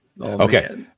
Okay